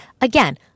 Again